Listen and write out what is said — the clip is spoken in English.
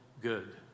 good